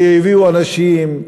הביאו אנשים,